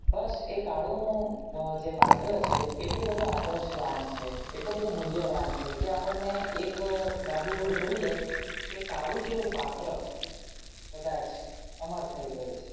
બસ એ કાળુનું જે પાત્ર છે એટલું બધું આદર્શવાન છે એટલું બધું મૂલ્યવાન છે કે આપણને એક બાજુ એવું જોઈએ એ કાળું જેવું પાત્ર કદાચ અમર થઈ ગયું છે